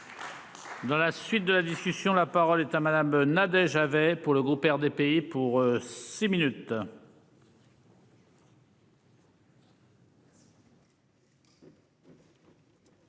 Dans la suite de la discussion, la parole est à madame Nadège avait pour le groupe RDPI pour six minutes.